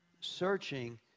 searching